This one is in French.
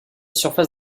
surface